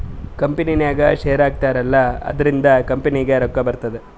ಕಂಪನಿನಾಗ್ ಶೇರ್ ಹಾಕ್ತಾರ್ ಅಲ್ಲಾ ಅದುರಿಂದ್ನು ಕಂಪನಿಗ್ ರೊಕ್ಕಾ ಬರ್ತುದ್